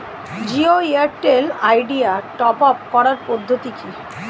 Jio Airtel Idea top up করার পদ্ধতি কি?